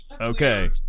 okay